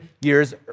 years